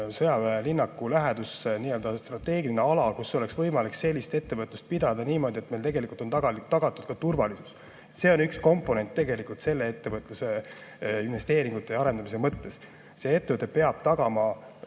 sõjaväelinnaku läheduses nii-öelda strateegiline ala, kus oleks võimalik sellist ettevõtlust pidada niimoodi, et meil tegelikult on tagatud ka turvalisus. See on üks komponent selle ettevõtluse investeeringute ja arendamise mõttes. See ettevõte peab tagama